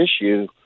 issue